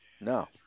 No